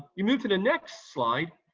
you move to the next slide,